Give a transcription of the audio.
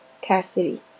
Cassidy